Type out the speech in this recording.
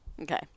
Okay